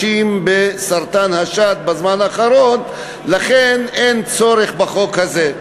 מסרטן השד בנשים בזמן האחרון ולכן אין צורך בחוק הזה.